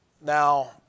Now